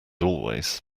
always